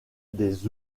des